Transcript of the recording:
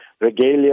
regalia